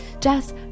jess